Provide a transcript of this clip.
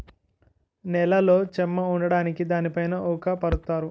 నేలలో చెమ్మ ఉండడానికి దానిపైన ఊక పరుత్తారు